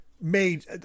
made